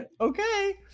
Okay